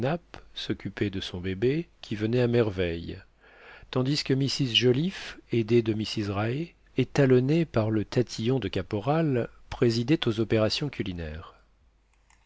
s'occupait de son bébé qui venait à merveille tandis que mrs joliffe aidée de mrs rae et talonnée par le tatillon de caporal présidait aux opérations culinaires